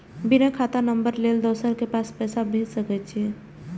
बिना खाता नंबर लेल दोसर के पास पैसा भेज सके छीए?